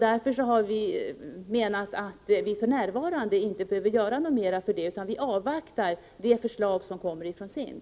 Därför menar vi att vi för närvarande inte behöver göra mera för det, utan vi avvaktar det förslag som kommer från SIND.